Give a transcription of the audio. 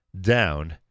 down